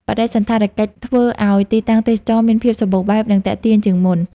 បដិសណ្ឋារកិច្ចធ្វើឲ្យទីតាំងទេសចរណ៍មានភាពសម្បូរបែប និងទាក់ទាញជាងមុន។